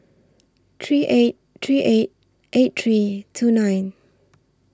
three eight three eight eight three two nine